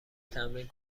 تمرین